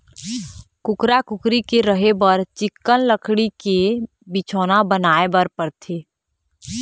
कुकरा, कुकरी के रहें बर चिक्कन लकड़ी के बिछौना बनाए बर परथे